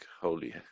holy